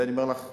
זה אני אומר לך,